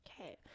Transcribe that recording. Okay